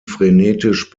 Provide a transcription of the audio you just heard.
frenetisch